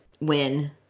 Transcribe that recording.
win